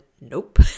nope